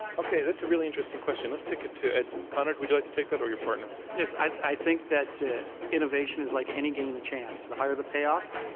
okay. that's a really interesting question. let's take it to ed conard. would you like to take that, or your partner? yes. i think that innovation is like any game of chance the higher the payoff,